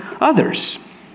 others